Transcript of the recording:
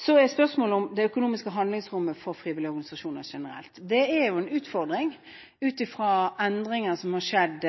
Så til spørsmålet om det økonomiske handlingsrommet for frivillige organisasjoner generelt. Det er utfordring, ut fra endringer som har skjedd,